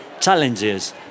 challenges